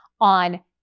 on